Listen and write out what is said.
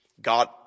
God